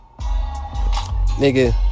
Nigga